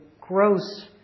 gross